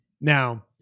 Now